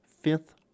fifth